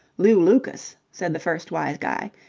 lew lucas, said the first wise guy,